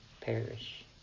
perish